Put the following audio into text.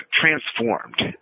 transformed